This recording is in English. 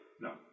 no